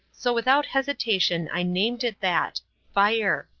so without hesitation i named it that fire.